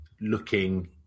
looking